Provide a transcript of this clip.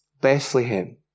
Bethlehem